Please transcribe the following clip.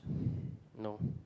no